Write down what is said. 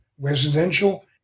residential